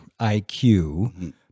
IQ